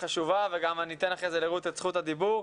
חשובה וגם ניתן לרות אחרי זה את זכות הדיבור.